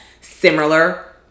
similar